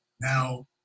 Now